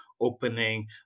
opening